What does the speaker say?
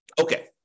Okay